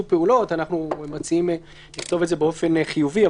פעולות אנחנו מציעים לכתוב את זה באופן חיובי.